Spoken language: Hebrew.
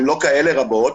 הן לא כאלה רבות,